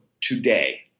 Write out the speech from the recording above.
today